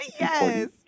Yes